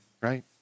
right